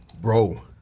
Bro